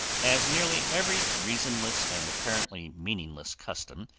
as nearly every reasonless and apparently meaningless custom,